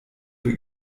wir